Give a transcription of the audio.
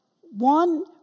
one